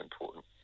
important